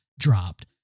dropped